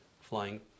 flying